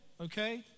okay